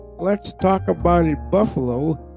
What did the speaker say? letstalkaboutitbuffalo